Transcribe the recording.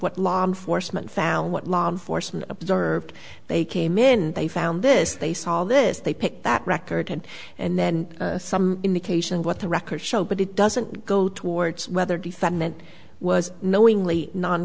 what law enforcement found what law enforcement observed they came in they found this they saw this they picked that record and then some indication what the records show but it doesn't go towards whether defendant was knowingly non